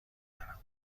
دارم